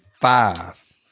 five